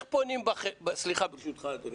ברשותך, אדוני,